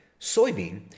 soybean